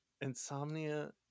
insomnia